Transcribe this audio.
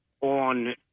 on